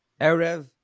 Erev